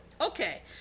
okay